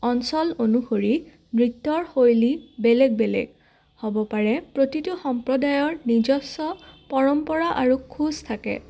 অঞ্চল অনুসৰি নৃত্যৰ শৈলী বেলেগ বেলেগ হ'ব পাৰে প্ৰতিটো সম্প্ৰদায়ৰ নিজস্ব পৰম্পৰা আৰু খোজ থাকে